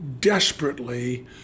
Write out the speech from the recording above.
desperately